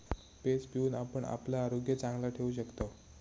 page पिऊन आपण आपला आरोग्य चांगला ठेवू शकतव